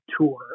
tour